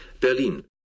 Berlin